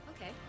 okay